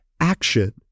action